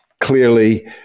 clearly